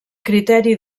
criteri